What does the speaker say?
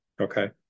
Okay